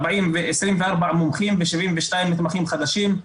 24 מומחים ו-72 מתמחים חדשים,